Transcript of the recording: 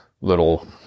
little